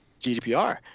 GDPR